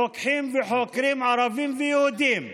רוקחים וחוקרים ערבים ויהודים,